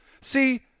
See